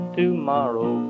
tomorrow